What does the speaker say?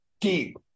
deep